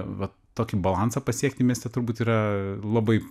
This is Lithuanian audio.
vat tokį balansą pasiekti mieste turbūt yra labai